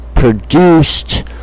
Produced